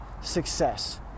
success